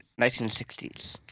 1960s